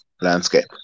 landscape